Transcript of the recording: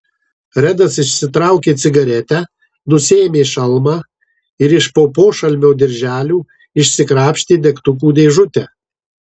redas išsitraukė cigaretę nusiėmė šalmą ir iš po pošalmio dirželių išsikrapštė degtukų dėžutę